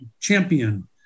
champion